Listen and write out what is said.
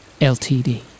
LTD